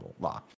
law